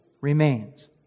remains